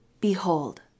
Behold